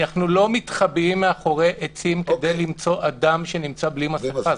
אנחנו לא מתחבאים מאחורי עצים כדי למצוא אדם שנמצא בלי מסכה,